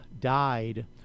died